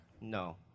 no